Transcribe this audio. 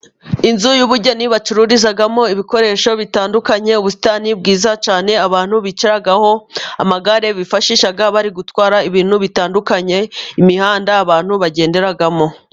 Inzu y'ubugeni bacururizamo ibikoresho bitandukanye, ubusitani bwiza cyane abantu bicaraho, amagare bifashisha bari gutwara ibintu bitandukanye, imihanda abantu bagenderamo.